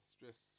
Stress